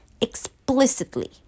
explicitly